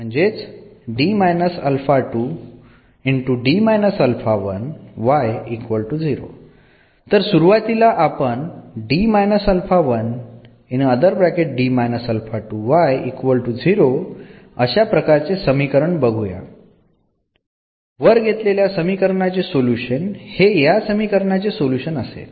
तर सुरुवातीला आपण अशा प्रकारचे समीकरण बघूया वर घेतलेल्या समीकरणाचे सोल्युशन हे या समीकरणाचे सोल्युशन असेल